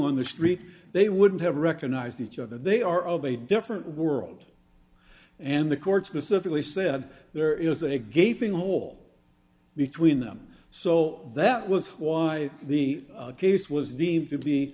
on the street they wouldn't have recognised each other they are of a different world and the courts pacifically said there isn't a gaping hole between them so that was why the case was deemed to be